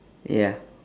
ya